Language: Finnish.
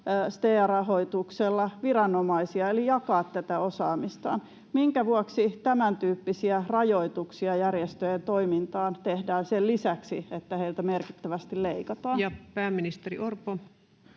STEA-rahoituksella viranomaisia eli jakaa tätä osaamistaan. Minkä vuoksi tämäntyyppisiä rajoituksia järjestöjen toimintaan tehdään sen lisäksi, että heiltä merkittävästi leikataan? Pääministeri Orpo.